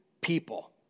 people